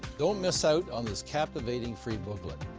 don't miss out on this captivating free booklet.